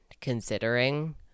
Considering